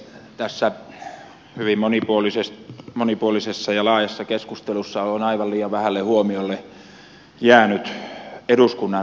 tässä hyvin monipuolisessa ja laajassa keskustelussa on aivan liian vähälle huomiolle jäänyt eduskunnan budjettivalta